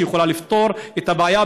שיכולה לפתור את הבעיה,